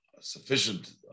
sufficient